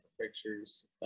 pictures